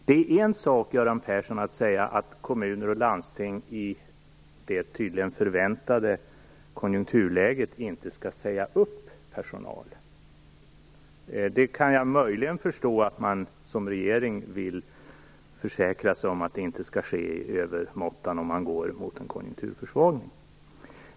Det är en sak, Göran Persson, att säga att kommuner och landsting i det förväntade konjunkturläget inte skall säga upp personal. Jag kan möjligen förstå att regeringen vill försäkra sig om att det inte skall ske i övermåttan om man går mot en konjunkturförsvagning.